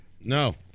No